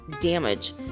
damage